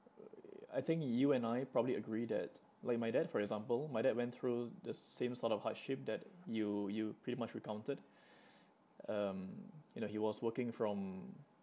uh I think you and I probably agree that like my dad for example my dad went through the same sort of hardship that you you pretty much recounted um you know he was working from